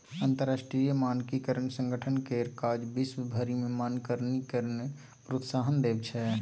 अंतरराष्ट्रीय मानकीकरण संगठन केर काज विश्व भरि मे मानकीकरणकेँ प्रोत्साहन देब छै